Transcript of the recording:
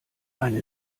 eine